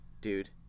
dude